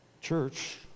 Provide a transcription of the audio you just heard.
Church